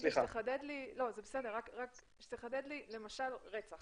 אבקש שתחדד לי לגבי רצח,